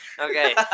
Okay